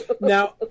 Now